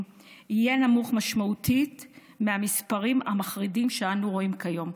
יהיה נמוך משמעותית מהמספרים המחרידים שאנו רואים כיום.